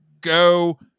go